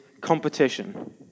competition